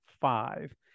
five